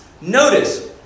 Notice